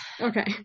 okay